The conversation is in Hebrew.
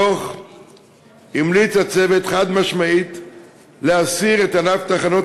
בדוח המליץ הצוות חד-משמעית להסיר את ענף תחנות